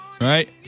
right